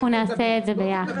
אנחנו נעשה את זה ביחד.